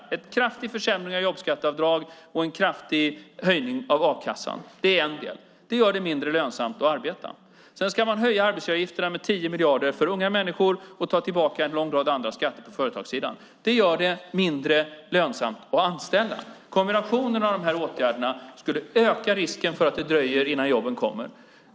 Det är en kraftig försämring av jobbskatteavdrag och en kraftig höjning av a-kassan. Det är en del. Det gör det mindre lönsamt att arbeta. Sedan ska man höja arbetsgivaravgifterna med 10 miljarder för unga människor och ta tillbaka en lång rad andra skatter på företagssidan. Det gör det mindre lönsamt att anställa. Kombinationen av de här åtgärderna skulle öka risken för att det dröjer innan jobben kommer.